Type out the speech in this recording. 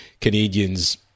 Canadians